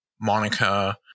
Monica